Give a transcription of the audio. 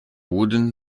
wooden